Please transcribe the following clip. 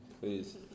Please